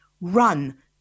run